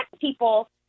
people